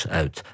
uit